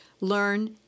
learn